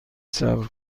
صبر